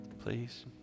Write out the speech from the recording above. Please